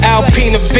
Alpina